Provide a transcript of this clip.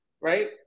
Right